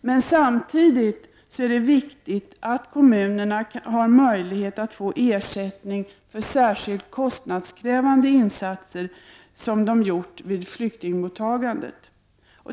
Men samtidigt är det viktigt att kommunerna har möjlighet att få ersättning för särskilt kostnadskrävande insatser som de gjort vid flyktingmottagandet.